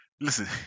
listen